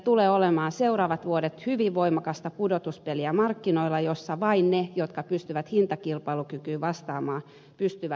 meillä tulevat seuraavat vuodet olemaan hyvin voimakasta pudotuspeliä markkinoilla joilla vain ne jotka pystyvät hintakilpailukykyyn vastaamaan pystyvät selviytymään